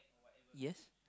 yes